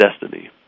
destiny